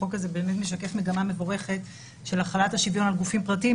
החוק הזה משקף מגמה מבורכת של החלת השוויון על גופים פרטיים,